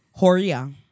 Horia